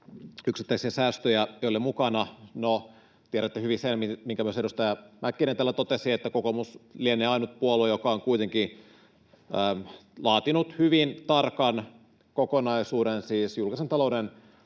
yksittäisiä säästöjä ei ole mukana: No, tiedätte hyvin sen, minkä myös edustaja Mäkinen täällä totesi, että kokoomus lienee ainut puolue, joka on kuitenkin laatinut hyvin tarkan kokonaisuuden, siis julkisen talouden